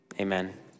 amen